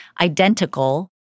identical